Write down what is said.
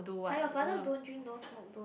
!huh! your father don't drink don't smoke don't